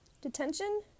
Detention